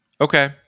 okay